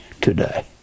today